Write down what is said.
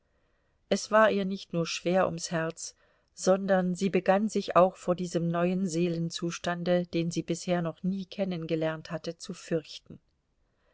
es war ihr nicht nur schwer ums herz sondern sie begann sich auch vor diesem neuen seelenzustande den sie bisher noch nie kennengelernt hatte zu fürchten